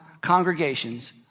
congregations